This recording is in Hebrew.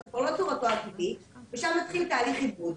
זה כבר לא צורתו הטבעית ושם מתחיל תהליך עיבוד.